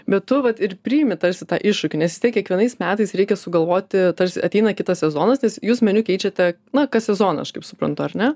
bet tu vat ir priimi tarsi tą iššūkį nes vis tiek kiekvienais metais reikia sugalvoti tarsi ateina kitas sezonas jūs meniu keičiate na kas sezoną aš kaip suprantu ar ne